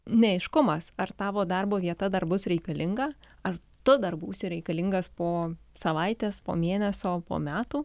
neaiškumas ar tavo darbo vieta dar bus reikalinga ar tu dar būsi reikalingas po savaitės po mėnesio po metų